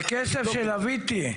זה כסף שלוויתי.